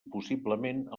possiblement